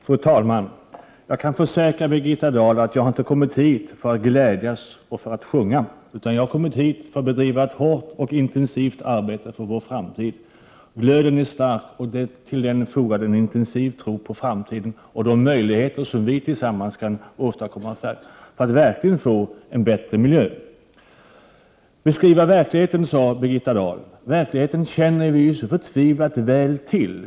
Fru talman! Jag kan försäkra Birgitta Dahl att jag inte har kommit hit för att glädjas och för att sjunga, utan jag har kommit hit för att bedriva ett hårt och intensivt arbete för vår framtid. Glöden är stark och till den fogas en intensiv tro på framtiden och de möjligheter som vi tillsammans har för att verkligen få en bättre miljö. Birgitta Dahl talade om att ”beskriva verkligheten”. Verkligheten känner vi ju så förtvivlat väl till.